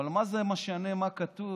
אבל מה זה משנה מה כתוב?